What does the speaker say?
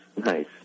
nice